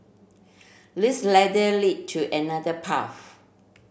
this ladder lead to another path